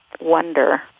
wonder